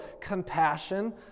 compassion